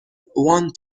one